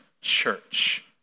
church